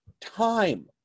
time